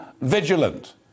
vigilant